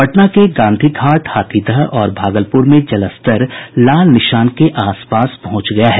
पटना के गांधी घाट हाथीदह और भागलपुर में जलस्तर खतरे के निशान के आसपास पहुंच गया है